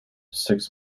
six